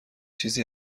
چیزی